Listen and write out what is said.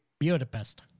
Budapest